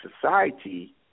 society